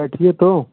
देखिए तो